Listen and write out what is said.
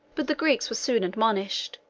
but the greeks were soon admonished,